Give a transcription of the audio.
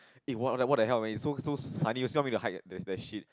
eh what like what the hell man it's so so sunny you still want me to hike that that shit